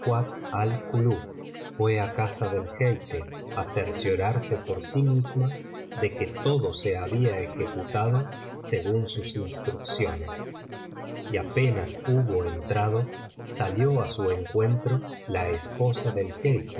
al kulub fué á casa del jeique á cerciorarse por sí misma de que todo se habia ejecutado según sus instrucciones y apenas hubo entrado salió á su encuentro la esposa del